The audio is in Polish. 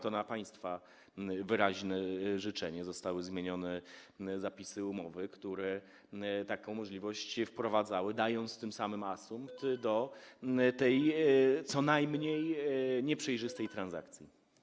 To na państwa wyraźne życzenie zostały zmienione zapisy umowy, które taką możliwość wprowadzały, dając tym samym asumpt do tej co najmniej nieprzejrzystej transakcji.